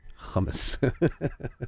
hummus